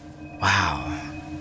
Wow